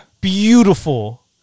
beautiful